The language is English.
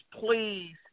please